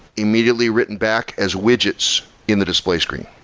immediately written back as widgets in the display screen.